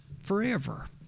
forever